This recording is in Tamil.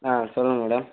ஆ சொல்லுங்கள் மேடம்